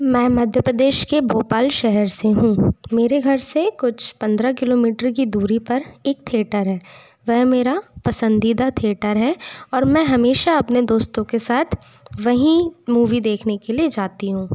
मैं मध्य प्रदेश के भोपाल शहर से हूँ मेरे घर से कुछ पंदरा किलोमिटर की दूरी पर एक थिएटर है वह मेरा पसंदीदा थिएटर है और मैं हमेशा अपने दोस्तो के साथ वही मुवी देखने के लिए जाती हूँ